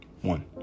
One